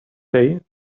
day